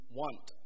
want